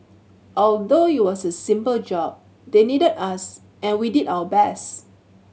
although it was a simple job they needed us and we did our best